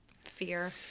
Fear